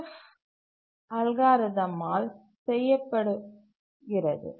F அல்காரிதமால் செய்யப்படுகிறது